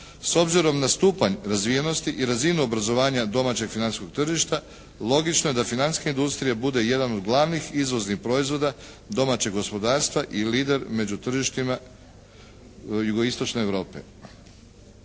S obzirom na stupanj razvijenosti i razvijenog obrazovanja domaćeg financijskog tržišta logično je da financijska industrija bude jedan od glavnih izvoznih proizvoda domaćeg gospodarstva i lider među tržištima jugoistočne Europe.